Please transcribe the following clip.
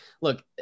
look